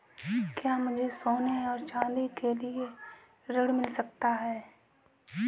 क्या मुझे सोने और चाँदी के लिए ऋण मिल सकता है?